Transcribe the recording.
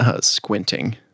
squinting